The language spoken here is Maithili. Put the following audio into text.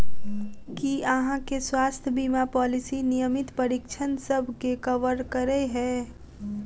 की अहाँ केँ स्वास्थ्य बीमा पॉलिसी नियमित परीक्षणसभ केँ कवर करे है?